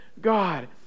God